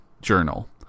journal